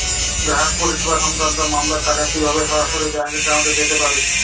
গ্রাহক পরিষেবা সংক্রান্ত মামলার টাকা কীভাবে সরাসরি ব্যাংক অ্যাকাউন্টে পেতে পারি?